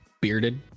bearded